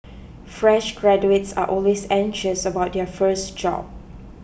fresh graduates are always anxious about their first job